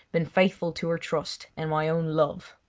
been faithful to her trust and my own love.